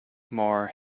more